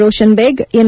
Roshan Baig N